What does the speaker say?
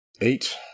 Eight